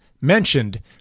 mentioned